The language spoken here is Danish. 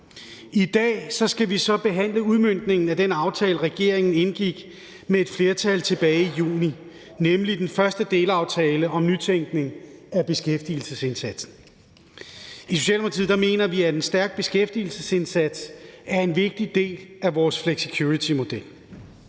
I dag skal vi så behandle udmøntningen af den aftale, regeringen indgik med et flertal tilbage i juni, nemlig den første delaftale om nytænkning af beskæftigelsesindsatsen. I Socialdemokratiet mener vi, at en stærk beskæftigelsesindsats er en vigtig del af vores flexicuritymodel.